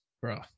bro